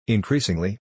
Increasingly